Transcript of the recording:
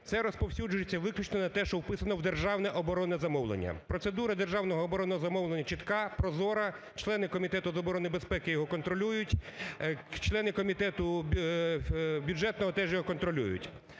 Це розповсюджується виключно на те, що вписано в державне оборонне замовлення. Процедура державного оборонного замовлення чітка, прозора, члени Комітету з оборони і безпеки його контролюють, члени Комітету бюджетного теж його контролюють.